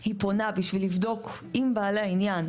היא פונה בשביל לבדוק עם בעלי העניין,